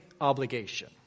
obligation